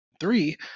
three